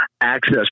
access